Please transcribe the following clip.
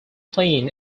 plain